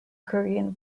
korean